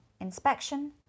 inspection